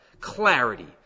Clarity